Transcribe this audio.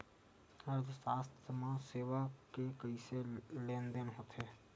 अर्थशास्त्र मा सेवा के कइसे लेनदेन होथे?